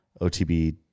OTB